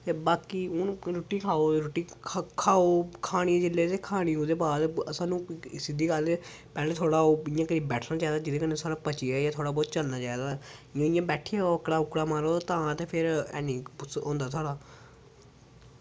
ते बाकी हून रुट्टी खाओ रुट्टी खाओ ते खाने जिल्लै ते खानी ओह्दे बाद सानू एह् सिद्धी गल्ल ऐ पैह्लें थोह्ड़ा ओह् इं'या करियै बैठना चाहिदा जेह्दे कन्नै सानू पची जाए ते थोह्ड़ा बोह्त चलना चाहिदा जे इ'यां बैठी रवो अक्कड़ां अक्कूड़ां मारो ते तां ते फिर हैनी होंदा साढ़ा